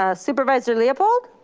ah supervisor leopold.